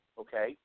okay